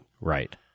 Right